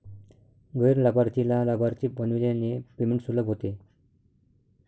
गैर लाभार्थीला लाभार्थी बनविल्याने पेमेंट सुलभ होते